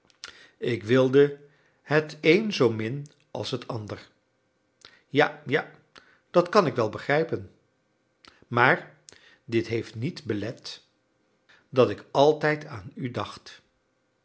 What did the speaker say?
ik wilde het een zoomin als het ander ja ja dat kan ik wel begrijpen maar dit heeft niet belet dat ik altijd aan u dacht